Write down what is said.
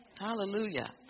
Hallelujah